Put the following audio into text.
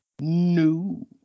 No